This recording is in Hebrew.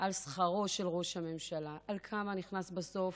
על שכרו של ראש הממשלה, על כמה נכנס בסוף,